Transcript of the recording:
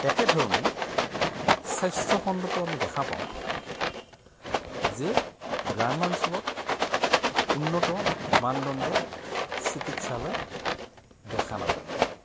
একেধৰণে স্বাস্থ্যখণ্ডটো আমি দেখা পাওঁ যে গ্ৰাম্যাঞ্চলত উন্নত মানদণ্ডৰ চিকিৎসালয় দেখা নাযায়